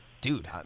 Dude